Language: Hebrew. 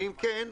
ואם כן,